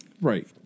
Right